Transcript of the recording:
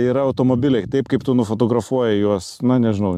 yra automobiliai taip kaip tu nufotografuoji juos na nežinau